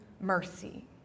mercy